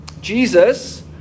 Jesus